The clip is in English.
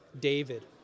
David